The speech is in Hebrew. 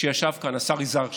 שישב כאן, השר יזהר שי.